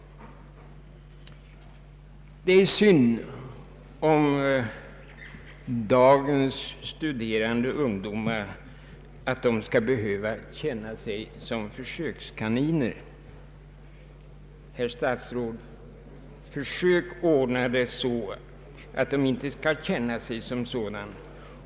Det är synd om dagens studerande ungdom att behöva känna sig som försökskaniner. Herr statsråd, försök ordna det så att de inte skall känna sig som sådana!